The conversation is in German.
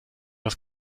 was